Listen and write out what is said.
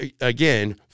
again